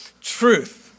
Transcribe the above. truth